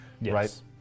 Yes